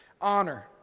Honor